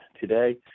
today